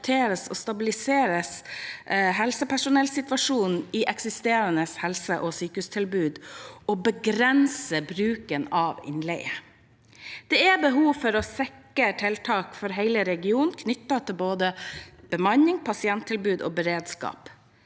stabilisere helsepersonellsituasjonen i eksisterende helse- og sykehustilbud, og begrense bruken av innleie. Det er behov for å sikre tiltak for hele regionen knyttet til både bemanning, pasienttilbud og beredskap.